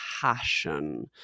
passion